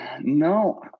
no